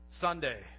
Sunday